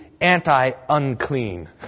anti-unclean